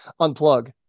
unplug